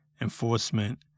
enforcement